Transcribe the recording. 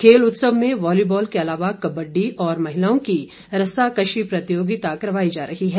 खेल उत्सव में वालीबॉल के अलावा कबड़डी और महिलाओं की रस्सा कस्सी प्रतियोगिता करवाई जा रही है